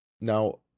Now